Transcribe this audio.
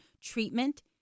treatment